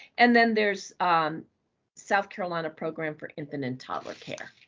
and then there's south carolina program for infant and toddler care.